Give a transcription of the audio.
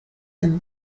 them